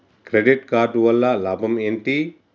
Credit card వల్ల లాభం ఏంటి?